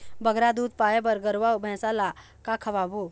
बगरा दूध पाए बर गरवा अऊ भैंसा ला का खवाबो?